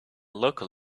local